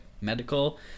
Medical